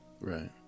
Right